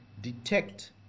detect